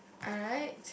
alright